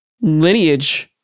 Lineage